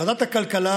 ועדת הכלכלה,